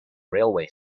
railway